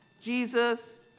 Jesus